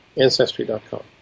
Ancestry.com